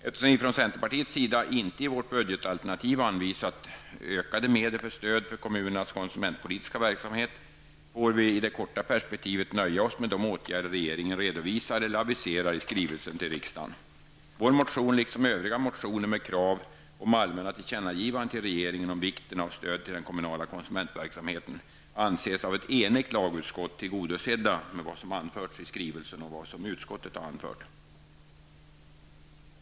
Eftersom vi från centerpartiets sida i vårt budgetalternativ inte har anvisat ökade medel för stöd till kommunernas konsumentpolitiska verksamhet, får vi i det korta perspektivet nöja oss med de åtgärder som regeringen redovisar eller aviserar i skrivelsen till riksdagen. Vår motion liksom övriga motioner med krav på allmänna tillkännagivanden till regeringen om vikten av stöd till den kommunala konsumentverksamheten anses av ett enigt lagutskott tillgodosedda med vad som anförts i skrivelsen och vad utskottet har anfört.